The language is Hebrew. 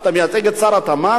אתה מייצג את שר התמ"ת,